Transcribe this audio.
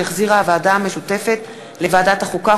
שהחזירה הוועדה המשותפת לוועדת החוקה,